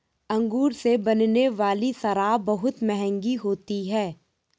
अंगूर से बनने वाली शराब बहुत मँहगी होती है